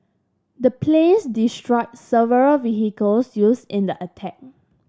the planes destroyed several vehicles used in the attack